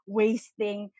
wasting